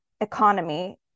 economy